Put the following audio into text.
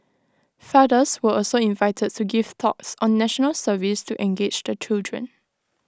fathers were also invited to give talks on National Service to engage the children